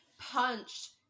punched